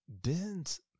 dense